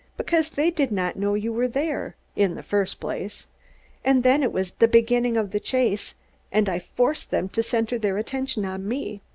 because they did not know you were there, in the first place and then it was the beginning of the chase and i forced them to center their attention on me.